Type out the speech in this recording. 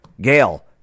Gail